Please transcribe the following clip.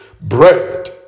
bread